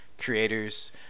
creators